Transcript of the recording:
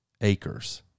acres